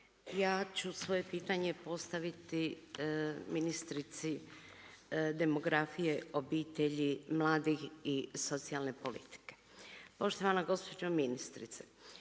Ja ću svoje pitanje postaviti ministrici demografije, obitelji, mladih i socijalne politike. Poštovana gospođo ministrice,